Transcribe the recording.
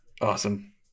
Awesome